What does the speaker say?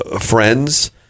friends